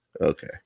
Okay